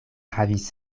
havis